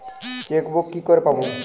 Chequebook কি করে পাবো?